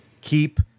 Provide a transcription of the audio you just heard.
keep